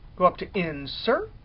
go up to insert.